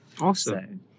Awesome